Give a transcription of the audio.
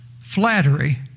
Flattery